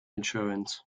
insurance